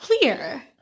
clear